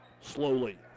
Slowly